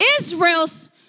Israel's